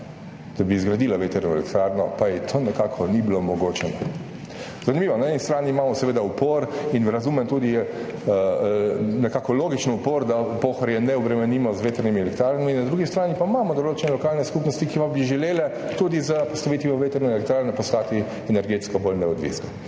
da bi zgradila vetrno elektrarno, pa to nekako ni bilo mogoče. Zanimivo. Na eni strani imamo seveda upor in, razumem, tudi nekako logičen upor, da Pohorja ne obremenimo z vetrnimi elektrarnami, na drugi strani pa imamo določene lokalne skupnosti, ki pa bi želele tudi s postavitvijo vetrne elektrarne postati energetsko bolj neodvisne.